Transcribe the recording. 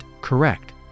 correct